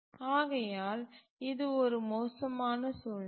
ஆகையால் இது ஒரு மோசமான சூழ்நிலை